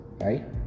right